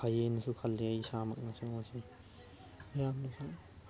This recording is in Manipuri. ꯐꯩꯌꯦꯅꯁꯨ ꯈꯜꯂꯤ ꯏꯁꯥꯃꯛꯅꯁꯨ ꯃꯁꯤ ꯌꯥꯝꯅꯁꯨ